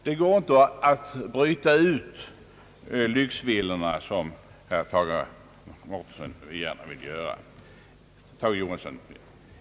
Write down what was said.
Det går inte, såsom herr Tage Johansson gjorde, att i detta sammanhang bryta ut lyxvillorna.